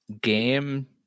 game